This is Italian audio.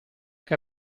che